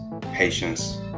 patience